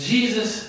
Jesus